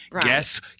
guess